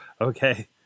Okay